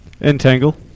Entangle